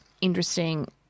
interesting